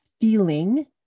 feeling